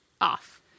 off